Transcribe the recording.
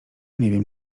wiem